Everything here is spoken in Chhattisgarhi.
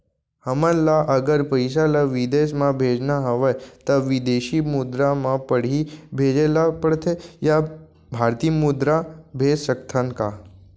हमन ला अगर पइसा ला विदेश म भेजना हवय त विदेशी मुद्रा म पड़ही भेजे ला पड़थे या भारतीय मुद्रा भेज सकथन का?